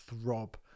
throb